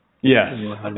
Yes